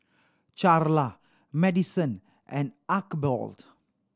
Charla Maddison and Archibald